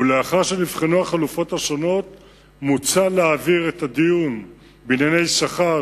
ולאחר שנבחנו החלופות השונות מוצע להעביר את הדיון בענייני שכר,